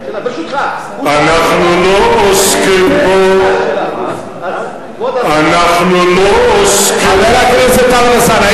אנחנו לא עוסקים פה, חבר הכנסת טלב אלסאנע.